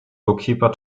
bookkeeper